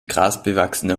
grasbewachsene